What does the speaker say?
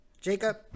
Jacob